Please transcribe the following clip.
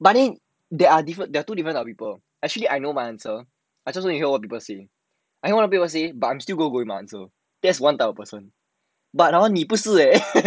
but then there are different there are two different type of people actually I know my answer I just want to hear what people say I hear what other people say but I'm still going on with my answer that's one type of person but hor 你不是 eh